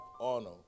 honor